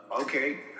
okay